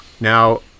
Now